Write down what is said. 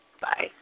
Bye